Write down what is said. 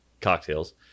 cocktails